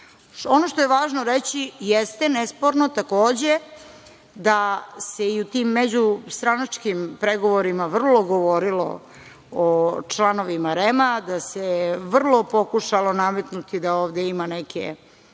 REM.Ono što je važno reći, jeste nesporno takođe, da se i u tim među stranačkim pregovorima vrlo govorilo o članovima REM, da se vrlo pokušalo nametnuti da ovde ima neke